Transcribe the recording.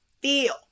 feel